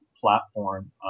platform